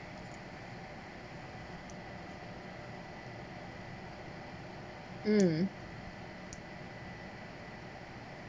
mm